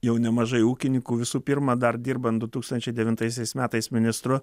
jau nemažai ūkininkų visų pirma dar dirbant du tūkstančiai devintaisiais metais ministru